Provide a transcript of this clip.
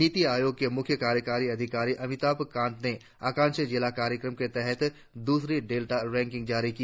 नीति आयोग के मूख्य कार्यकारी अधिकारी अमिताभ कांत ने आकांक्षी जिला कार्यक्रम के तहत आज दूसरी डेल्टा रैंकिंग जारी की